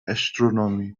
astronomy